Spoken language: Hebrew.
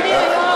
עלייה וקליטה.